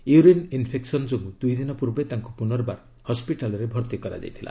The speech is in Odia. ୟୁରିନ୍ ଇନ୍ଫେକ୍ସନ୍ ଯୋଗୁଁ ଦୁଇଦିନ ପୂର୍ବେ ତାଙ୍କୁ ପୁନର୍ବାର ହସ୍କିଟାଲ୍ରେ ଭର୍ତ୍ତି କରାଯାଇଥିଲା